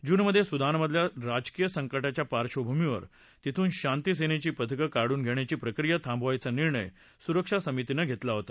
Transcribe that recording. जूनमधे सुदानमधल्या राजकीय संकटाच्या पार्श्वभूमीवर तिथून शांती सेनेची पथकं काढून घेण्याची प्रक्रिया थांबवायचा निर्णय सुरक्षा समितीनं घेतला होता